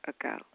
ago